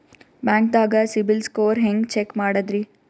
ಬ್ಯಾಂಕ್ದಾಗ CIBIL score ಹೆಂಗ್ check ಮಾಡದ್ರಿ?